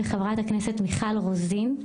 חברת הכנסת מיכל רוזין,